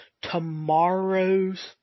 tomorrow's